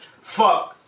Fuck